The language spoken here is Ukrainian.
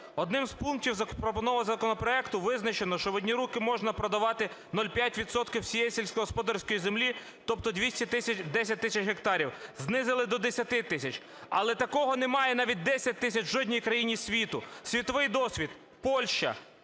Одним з пунктів запропонованого законопроекту визначено, що в одні руки можна продавати 0,5 відсотка всієї сільськогосподарської землі, тобто 200 тисяч… 10 тисяч гектарів. Знизили до 10 тисяч. Але такого немає навіть 10 тисяч в жодній країні світу. Світовий досвід: Польща